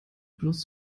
bloß